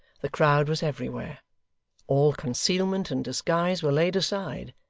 the crowd was everywhere all concealment and disguise were laid aside,